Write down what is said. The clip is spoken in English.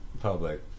public